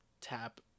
tap